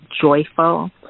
joyful